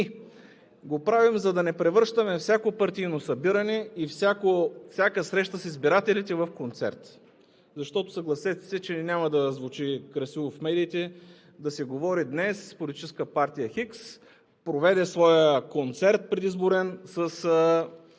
го правим, за да не превръщаме всяко партийно събиране и всяка среща с избирателите в концерт. Защото, съгласете се, че няма да звучи красиво в медиите да се говори, че днес политическа партия Хикс проведе своя предизборен